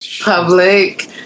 Public